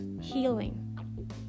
healing